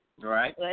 Right